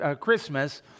Christmas